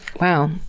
wow